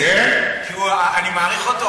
אני מעריך אותו,